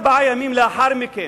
ארבעה ימים לאחר מכן,